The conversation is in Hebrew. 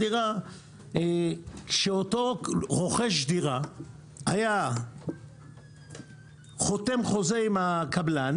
כשאותו רוכש דירה היה חותם חוזה עם הקבלן